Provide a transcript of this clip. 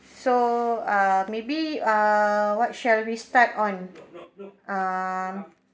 so uh maybe uh what shall we start on ah